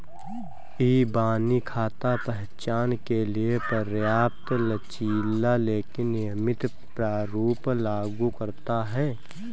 इबानी खाता पहचान के लिए पर्याप्त लचीला लेकिन नियमित प्रारूप लागू करता है